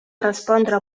respondre